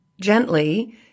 gently